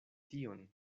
tion